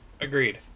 agreed